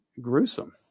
gruesome